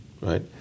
right